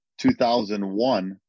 2001